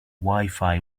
wifi